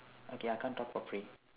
okay I can't talk for free